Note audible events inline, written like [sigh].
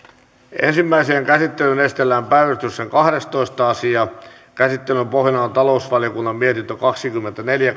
ensimmäiseen käsittelyyn esitellään päiväjärjestyksen kahdestoista asia käsittelyn pohjana on talousvaliokunnan mietintö kaksikymmentäneljä [unintelligible]